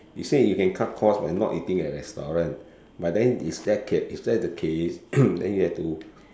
you say you can cut cost by not eating at restaurant but then is that ca~ is that the case then you have to